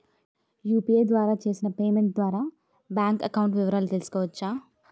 UPI ద్వారా చేసిన payment ద్వారా బ్యాంక్ అకౌంట్ వివరాలు తెలుసుకోవచ్చ?